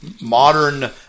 modern